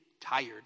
tired